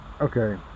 Okay